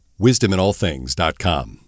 wisdominallthings.com